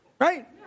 right